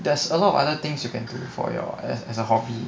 there's a lot of other things you can do for your as a hobby